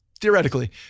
theoretically